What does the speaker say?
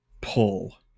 pull